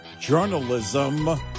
journalism